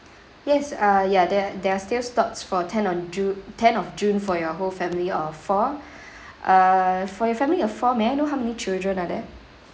yes uh ya there are there are still slots for ten on june ten of june for your whole family of four err for your family of four may I know how many children are there